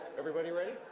everybody ready?